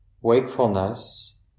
wakefulness